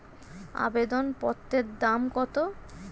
আবেদন পত্রের দাম কত?